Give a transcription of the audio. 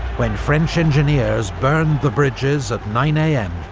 when french engineers burned the bridges at nine am,